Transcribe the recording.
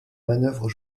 manœuvres